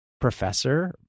professor